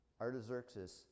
Artaxerxes